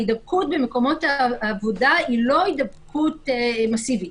ההידבקות במקומות העבודה היא לא הידבקות מסיבית.